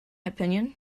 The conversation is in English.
opinion